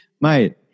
mate